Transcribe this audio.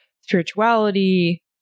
spirituality